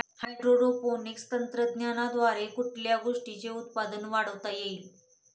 Hydroponics तंत्रज्ञानाद्वारे कुठल्या गोष्टीचे उत्पादन वाढवता येईल?